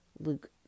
Luke